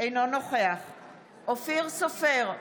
אינו נוכח אופיר סופר,